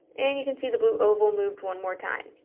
and you can see the blue oval moved one more time.